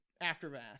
aftermath